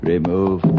Remove